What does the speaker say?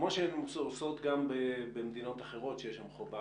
כמו שהן עושות גם במדינות אחרות שיש שם חובה